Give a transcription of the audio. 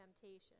temptation